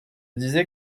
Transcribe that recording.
disais